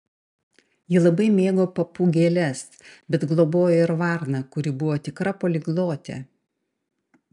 ji labai mėgo papūgėles bet globojo ir varną kuri buvo tikra poliglotė